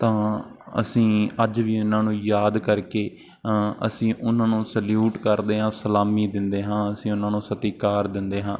ਤਾਂ ਅਸੀਂ ਅੱਜ ਵੀ ਉਹਨਾਂ ਨੂੰ ਯਾਦ ਕਰਕੇ ਅਸੀਂ ਉਹਨਾਂ ਨੂੰ ਸਲਿਊਟ ਕਰਦੇ ਹਾਂ ਸਲਾਮੀ ਦਿੰਦੇ ਹਾਂ ਅਸੀਂ ਉਹਨਾਂ ਨੂੰ ਸਤਿਕਾਰ ਦਿੰਦੇ ਹਾਂ